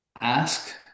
ask